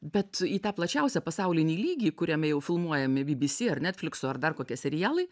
bet į tą plačiausią pasaulinį lygį kuriame jau filmuojami bbc ar netflikso ar dar kokie serialai